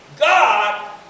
God